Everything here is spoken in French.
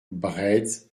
breizh